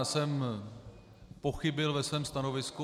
Já jsem pochybil ve svém stanovisku.